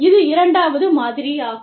இது இரண்டாவது மாதிரியாகும்